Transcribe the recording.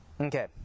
Okay